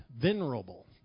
venerable